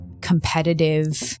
competitive